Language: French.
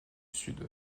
sud